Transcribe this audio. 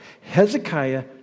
Hezekiah